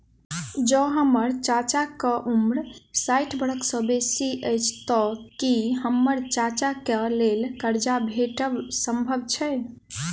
जँ हम्मर चाचाक उम्र साठि बरख सँ बेसी अछि तऽ की हम्मर चाचाक लेल करजा भेटब संभव छै?